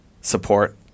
support